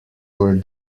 were